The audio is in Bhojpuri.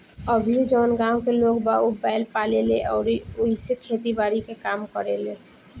अभीओ जवन गाँव के लोग बा उ बैंल पाले ले अउरी ओइसे खेती बारी के काम करेलें